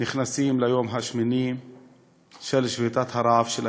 נכנסים ליום השמיני של שביתת הרעב שלהם.